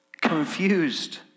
Confused